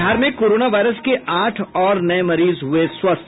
बिहार में corona virus के आठ और नये मरीज हुए स्वस्थ